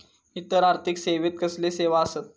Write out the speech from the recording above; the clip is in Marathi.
इतर आर्थिक सेवेत कसले सेवा आसत?